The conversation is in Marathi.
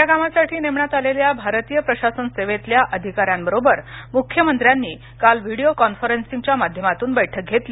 या कामासाठी नेमण्यात आलेल्या भारतीय प्रशासन सेवेतल्या अधिकाऱ्यांबरोबर मुख्यमंत्र्यांनी काल व्हिडीओ कॉन्फरन्सिंगच्या माध्यमातून बैठक घेतली